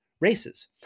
Races